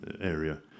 area